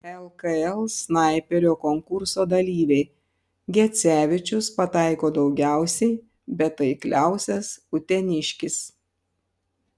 lkl snaiperio konkurso dalyviai gecevičius pataiko daugiausiai bet taikliausias uteniškis